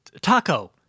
Taco